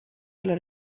della